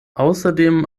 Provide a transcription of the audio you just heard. außerdem